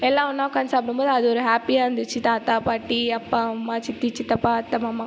எல்லாம் ஒன்றா உக்கார்ந்து சாப்பிடும்போது அது ஒரு ஹாப்பியாக இருந்துச்சு தாத்தா பாட்டி அப்பா அம்மா சித்தி சித்தப்பா அத்தை மாமா